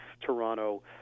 Toronto